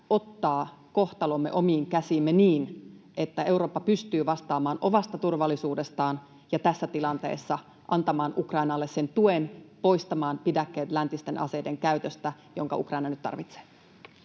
ottaa kohtalomme omiin käsiimme niin, että Eurooppa pystyy vastaamaan omasta turvallisuudestaan ja tässä tilanteessa antamaan Ukrainalle sen tuen, poistamaan pidäkkeet läntisten aseiden käytöstä, mitä Ukraina nyt tarvitsee?